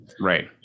Right